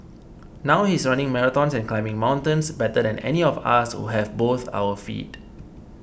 now he's running marathons and climbing mountains better than any of us who have both our feet